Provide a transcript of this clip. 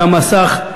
המסך,